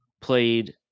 played